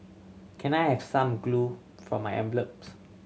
can I have some glue for my envelopes